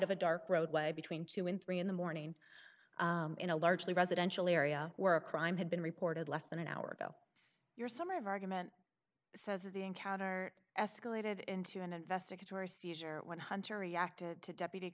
of a dark roadway between two and three in the morning in a largely residential area where a crime had been reported less than an hour ago your summer of argument says the encounter escalated into an investigatory seizure when hunter reacted to deputy